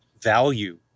value